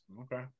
Okay